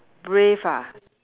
brave ah